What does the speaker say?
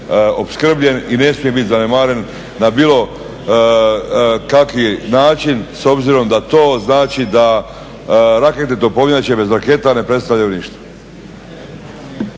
opskrbljen i ne smije biti zanemaren na bilo kaki način s obzirom da to znači da raketne topovnjače bez raketa ne predstavljaju ništa.